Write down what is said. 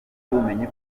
by’ubumenyi